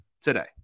today